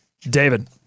David